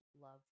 love